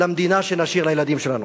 למדינה שנשאיר לילדים שלנו.